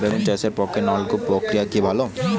বেগুন চাষের পক্ষে নলকূপ প্রক্রিয়া কি ভালো?